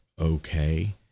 okay